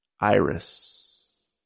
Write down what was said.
Iris